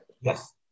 Yes